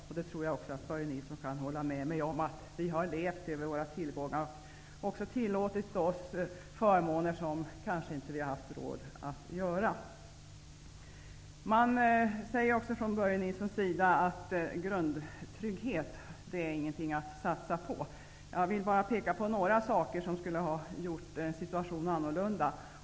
Jag tror att också Börje Nilsson kan hålla med mig om att vi har levt över våra tillgångar och tillåtit oss förmåner som vi inte haft råd till. Börje Nilsson säger också att grundtrygghet är ingenting att satsa på. Jag vill bara peka på några saker som skulle ha gjort situationen annorlunda.